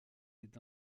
est